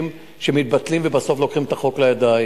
שמתבטלים ובסוף לוקחים את החוק לידיים.